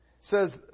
says